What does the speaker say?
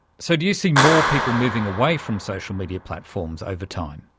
so do you see more people moving away from social media platforms over time?